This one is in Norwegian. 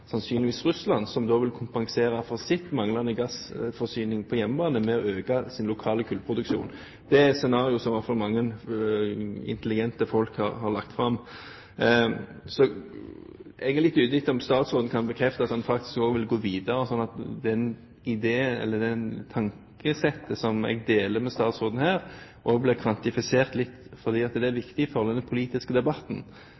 sannsynligvis fra Russland, som da vil kompensere for sin manglende gassforsyning på hjemmebane ved å øke sin lokale kullproduksjon. Det er i hvert fall et scenario som mange intelligente folk har lagt fram. Jeg er litt ute etter om statsråden kan bekrefte at han faktisk også vil gå videre, slik at den ideen eller det tankesettet som jeg deler med statsråden her, også blir kvantifisert litt, for det er